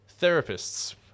therapists